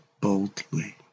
boldly